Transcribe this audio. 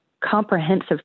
comprehensive